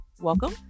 welcome